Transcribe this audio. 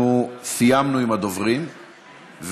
אנחנו סיימנו עם הדוברים,